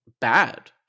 bad